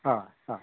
हय हय